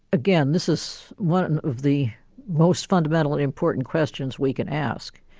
again, this is one of the most fundamental and important questions we can ask.